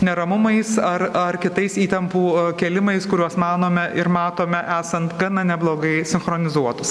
neramumais ar ar kitais įtampų kėlimais kuriuos manome ir matome esant gana neblogai sinchronizuotus